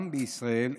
גם בישראל,